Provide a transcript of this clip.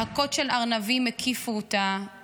/ להקות של ארנבים הקיפו אותה /